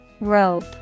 Rope